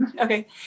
okay